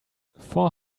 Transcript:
four